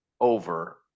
over